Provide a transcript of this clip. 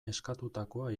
eskatutakoa